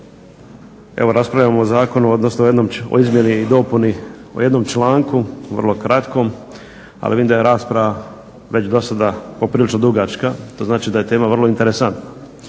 Evo raspravljamo o zakonu odnosno o izmjeni i dopuni o jednom članku vrlo kratkom ali vidim da je rasprava već do sada poprilično dugačka. To znači da je tema vrlo interesantna.